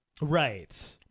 Right